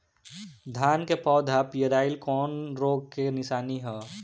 धान के पौधा पियराईल कौन रोग के निशानि ह?